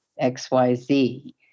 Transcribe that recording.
XYZ